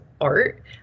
art